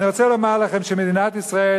אני רוצה לומר לכם שמדינת ישראל,